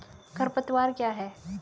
खरपतवार क्या है?